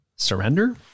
Surrender